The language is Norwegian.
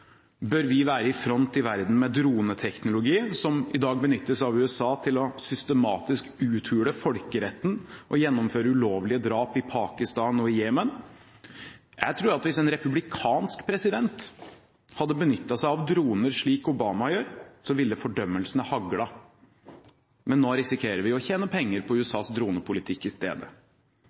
Bør vi være i front i verden med droneteknologi, som i dag benyttes av USA til systematisk å uthule folkeretten og gjennomføre ulovlige drap i Pakistan og i Jemen? Jeg tror at hvis en republikansk president hadde benyttet seg av droner, slik Obama gjør, ville fordømmelsene haglet. Men nå risikerer vi å tjene penger på USAs dronepolitikk i stedet.